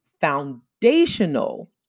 foundational